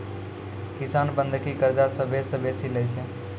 किसान बंधकी कर्जा सभ्भे से बेसी लै छै